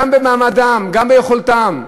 גם במעמדם, גם ביכולתם.